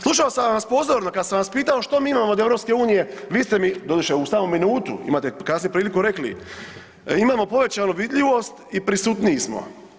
Slušao sam vas pozorno kad sam vas pitao što mi imamo od EU, vi ste mi, doduše u samo minutu, imate kasnije priliku, rekli imamo povećanu vidljivost i prisutniji smo.